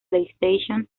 playstation